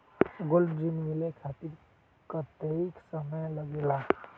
Gold ऋण मिले खातीर कतेइक समय लगेला?